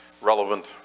relevant